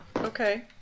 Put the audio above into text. Okay